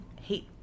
hate